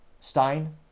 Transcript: stein